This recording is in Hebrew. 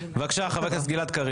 בבקשה, חבר הכנסת גלעד קריב.